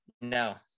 no